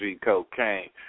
Cocaine